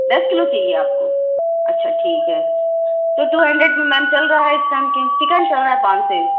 دس kilo چاہیے آپ کو اچھا ٹھیک ہے تو ٹو ہینڈریڈ میں میم چل رہا ہے اِس ٹائم کم چکن چل رہا ہے پانچ سے